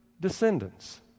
descendants